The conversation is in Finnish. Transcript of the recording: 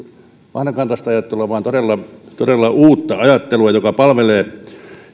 vanhakantaista ajattelua vaan todella todella uutta ajattelua joka palvelee